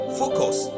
focus